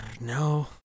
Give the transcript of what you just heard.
No